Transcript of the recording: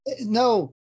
no